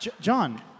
John